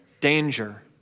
danger